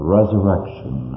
resurrection